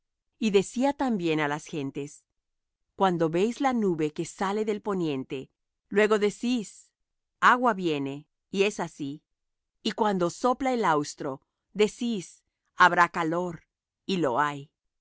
y decía también á las gentes cuando veis la nube que sale del poniente luego decís agua viene y es así y cuando sopla el austro decís habrá calor y lo hay